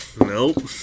Nope